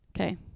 Okay